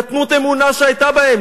קטנות אמונה שהיתה בהם.